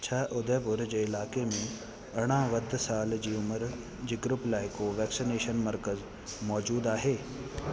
छा उदयपुर जे इलाइक़े में अरिड़हं वधि साल जी उमिरि जे ग्रूप लाइ को वैक्सनेशन मर्कज़ मौजूदु आहे